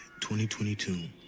2022